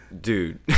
dude